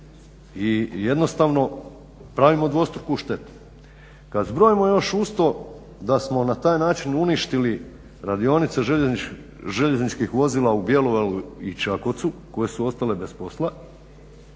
i jednostavno pravimo dvostruku štetu. Kad zbrojimo još uz to da smo na taj način uništili radionice željezničkih vozila u Bjelovaru i Čakovcu koje su ostale bez posla